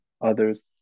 others